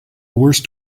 worst